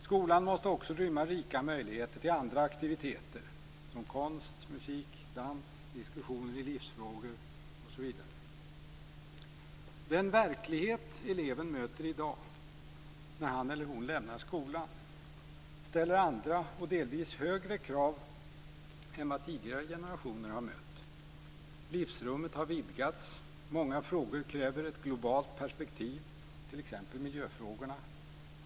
Skolan måste också rymma rika möjligheter till andra aktiviteter som konst, musik, dans, diskussioner i livsfrågor osv. Den verklighet eleven möter i dag när han eller hon lämnar skolan ställer andra och delvis högre krav än vad tidigare generationer har mött. Livsrummet har vidgats. Många frågor kräver ett globalt perspektiv, t.ex. miljöfrågorna.